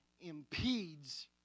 impedes